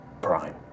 Prime